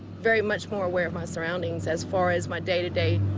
very much more aware of my surroundings as far as my day to day